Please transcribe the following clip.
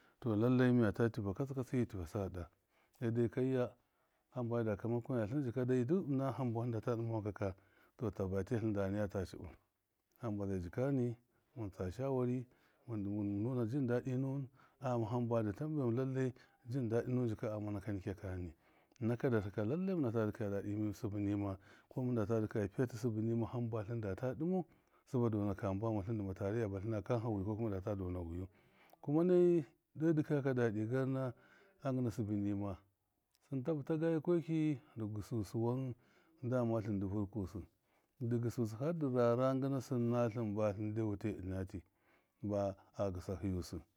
To lallai miyata tiva katsɨ-katsɨ mi tiva saɗaɗa sai dal kaya hamba da kauma kuniyatlɨn dai duk ɨna hamba data dɨma wankaka tlɨnda nayata cɨbɨ hamba zai jika ni mintsa shawari mɨn nunajin dadɨ nuwɨn agama hamba dɨ tambaiwan lallai jindadi nuwɨn jika a ghama hamba dɨ tambe wan lallai jindadṫ nuwɨn jika agama naka nikyakani naka darhɨ ka lallai mɨnata dikaya dadɨ sɨbɨ mɨna hamba tlɨn data dɨmau sɨba dɔnaka hamba aghamatlɨn dɨma tare a batlɨma kanha wikɔ kuma data dɔna wiyu kuma nai de dikaya ka dadɨ gama a ngina sɨbɨ nima sɨmta bɨya ga yikɔki dɨgɨsɨ wan dɔma tlɨndɨ vɨrkusɨ dɨ gisɨ hardɨ rara ngɨna sɨn natlɨn batlɨn de wulai ɨna tii ba a gɨsahiyu sṫ.